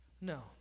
No